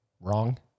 Wrong